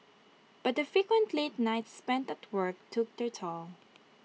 but the frequent late nights spent at work took their toll